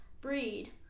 breed